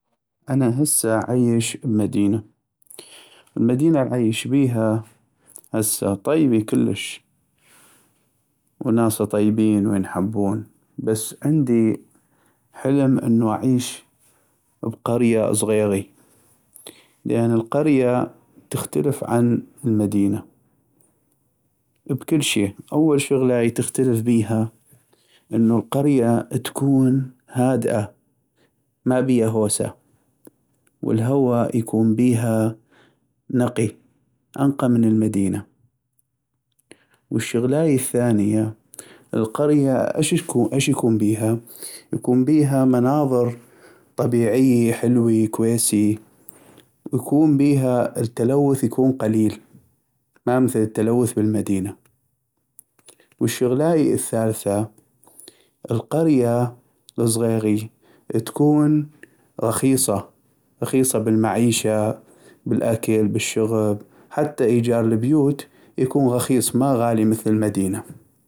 انا هسه عيش بمدينة ، المدينة العيش بيها هسه طيبي كلش وناسا طيبين وينحبون بس عندي حلم انو اعيش بقرية صغيغي لأن القرية تختلف عن المدينة بكلشي ، اول شغلاي تختلف بيها انو القرية تكون هادئة مابيها هوسة ، والهوا يكون بيها نقي انقى من المدينة ، والشغلاي الثانية القرية اش اش يكون بيها ، يكون بيها مناظر طبيعيي حلوي كويسي ، ويكون بيها التلوث يكون قليل مامثل التلوث بالمدينة ، والشغلاي الثالثة القرية الصغيغي تكون غخيصا ، غخيصا بالمعيشة بالاكل بالشغب حتى ايجار البيوت يكون غخيص ما غالي مثل المدينة.